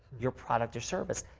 your product or services.